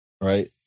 right